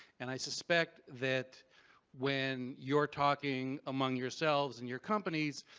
and i suspect that when you're talking among yourselves in your companies,